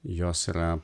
jos yra